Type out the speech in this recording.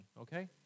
Okay